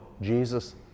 Jesus